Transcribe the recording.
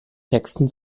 texten